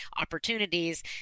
opportunities